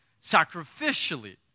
sacrificially